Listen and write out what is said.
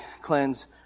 Cleanse